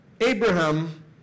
Abraham